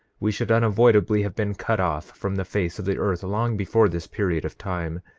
we should unavoidably have been cut off from the face of the earth long before this period of time,